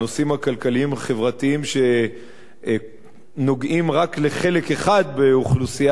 הכלכליים-החברתיים שנוגעים רק לחלק אחד באוכלוסיית,